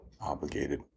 obligated